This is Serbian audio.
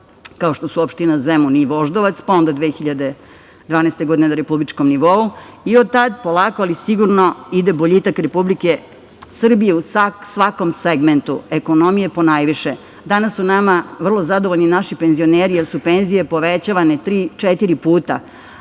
kao što su opština Zemun i Voždovac, pa onda 2012. godine na republičkom nivou i od tada polako i sigurno ide boljitak Republike Srbije u svakom segmentu, ekonomije ponajviše. Danas su nama vrlo zadovoljni naši penzioneri jer su penzije povećavane, tri,